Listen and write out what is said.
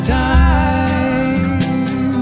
time